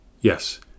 Yes